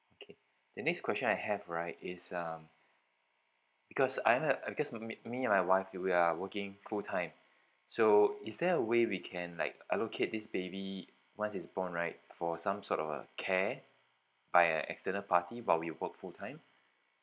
the next question I have right is um because I'm a uh cause my me me and my wife we're we are working full time so is there a way we can like allocate this baby once he's born right for some sort of a care by a external party while we work full time